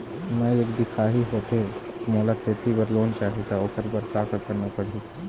मैं एक दिखाही होथे मोला खेती बर लोन चाही त ओकर बर का का करना पड़ही?